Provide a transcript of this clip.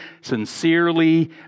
sincerely